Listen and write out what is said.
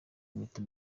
impeta